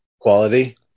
Quality